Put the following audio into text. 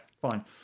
fine